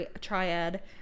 triad